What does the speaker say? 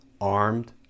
armed